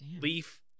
Leaf